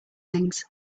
things